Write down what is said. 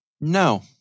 No